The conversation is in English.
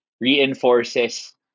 reinforces